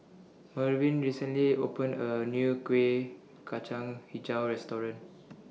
Mervyn recently opened A New Kueh Kacang Hijau Restaurant